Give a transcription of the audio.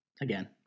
again